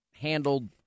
handled